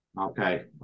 Okay